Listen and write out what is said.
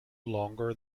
longer